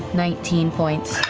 nineteen points.